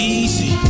easy